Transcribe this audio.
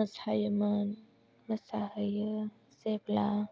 मोसायोमोन मोसाहैयो जेब्ला